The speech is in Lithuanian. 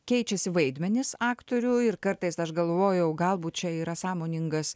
keičiasi vaidmenys aktorių ir kartais aš galvojau galbūt čia yra sąmoningas